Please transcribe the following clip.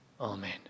Amen